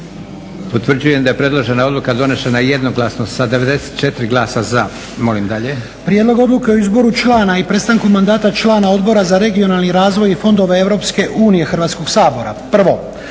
Utvrđujem da je predložena odluka donešena jednoglasno sa 94 glasa za. Molim dalje. **Lučin, Šime (SDP)** Prijedlog odluke o izboru člana i prestanku mandata Odbora za regionalni razvoj i fondove EU Hrvatskog sabora. Prvo,